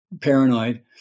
paranoid